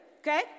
okay